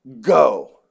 go